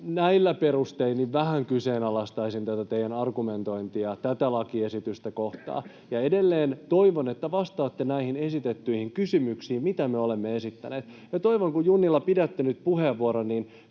näillä perustein vähän kyseenalaistaisin teidän argumentointianne tätä lakiesitystä kohtaan. Edelleen toivon, että vastaatte näihin esitettyihin kysymyksiin, mitä me olemme esittäneet. Toivon, että kun, Junnila, pidätte nyt puheenvuoron,